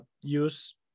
use